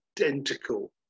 identical